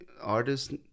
artists